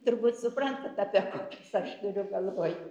turbūt suprantat apie kokius aš turiu galvoj